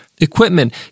equipment